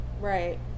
Right